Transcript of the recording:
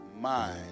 mind